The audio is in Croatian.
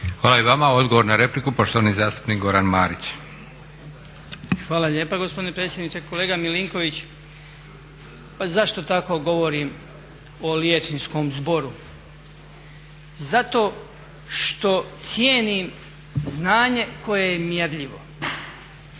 Hvala i vama. Odgovor na repliku poštovani zastupnik Goran Marić. **Marić, Goran (HDZ)** Hvala lijepo gospodine predsjedniče. Kolega MIlinković, pa zašto tako govorim o liječničkom zboru? Zato što cijenim znanje koje je mjerljivo.